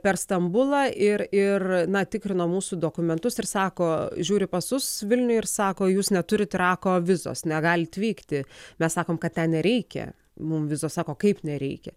per stambulą ir ir na tikrino mūsų dokumentus ir sako žiūri pasus vilniuj ir sako jūs neturit irako vizos negalit vykti mes sakom kad ten nereikia mums vizos sako kaip nereikia